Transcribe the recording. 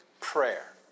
prayer